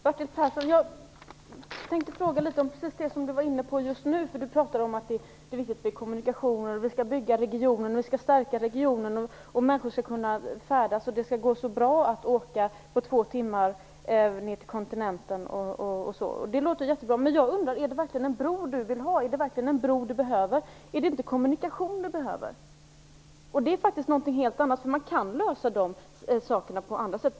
Herr talman! Jag tänkte fråga Bertil Persson litet om det som han var inne på just nu. Han pratar om att det är viktigt med kommunikationer. Vi skall bygga upp och stärka regionen. Människor skall kunna färdas. Det skall gå bra att åka ned till kontinenten på två timmar. Det låter bra, men jag undrar: Är det verkligen en bro Bertil Persson vill ha? Är det verkligen bro han behöver, är det inte kommunikation? Det är faktiskt något helt annat. Man kan lösa dessa saker på andra sätt.